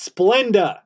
Splenda